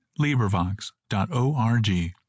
LibriVox.org